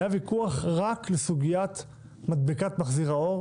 היה ויכוח רק לסוגיית מדבקת מחזיר האור,